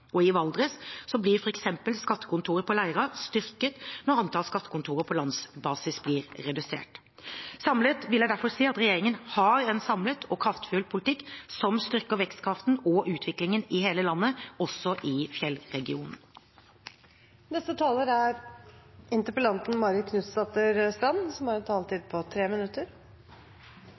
I Valdres blir f.eks. skattekontoret på Leira styrket når antall skattekontorer på landsbasis blir redusert. Samlet vil jeg derfor si at regjeringen har en samlet og kraftfull politikk som styrker vekstkraften og utviklingen i hele landet, også i fjellregionen. Argumentene for regjeringens prioriteringer blir jeg fremdeles ikke klok på. Kommunesammenslåing er ikke den eneste løsningen på utfordringer en